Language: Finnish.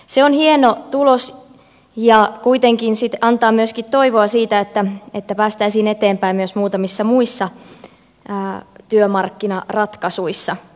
se on hieno tulos ja kuitenkin antaa myöskin toivoa että päästäisiin eteenpäin myös muutamissa muissa työmarkkinaratkaisuissa